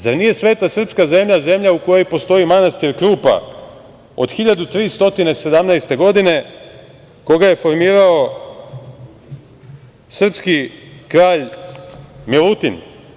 Zar nije sveta srpska zemlja u kojoj postoji manastir Krupa od 1317. godine, koga je formirao srpski kralj Milutin?